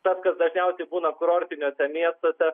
tas kas dažniausiai būna kurortiniuose miestuose